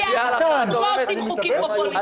אנחנו לא עושים חוקים פופוליסטיים.